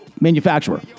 manufacturer